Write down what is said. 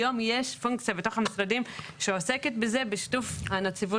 היום יש פונקציה בתוך המשרדים שעוסקת בזה בשיתוף נציבות